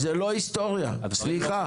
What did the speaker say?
זו לא היסטוריה, סליחה.